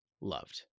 loved